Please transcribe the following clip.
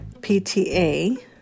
PTA